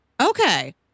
Okay